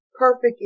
perfect